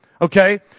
Okay